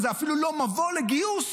זה אפילו לא מבוא לגיוס,